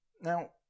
Now